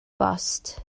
bost